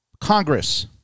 Congress